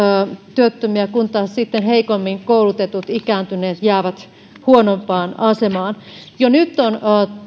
työttömiä kun taas sitten heikommin koulutetut ja ikääntyneet jäävät huonompaan asemaan jo nyt on